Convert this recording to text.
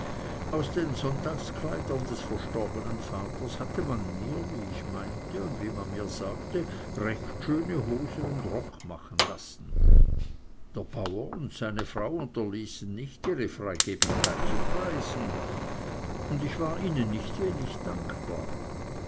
aus den sonntagskleidern ihres verstorbenen vaters hatte man mir wie ich meinte und wie man mir sagte recht schöne hosen und rock machen lassen der bauer und seine frau unterließen nicht ihre freigebigkeit zu preisen und ich war ihnen nicht wenig dankbar